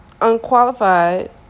unqualified